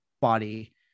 body